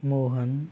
Mohan